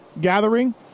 gathering